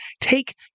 take